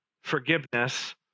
forgiveness